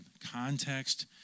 context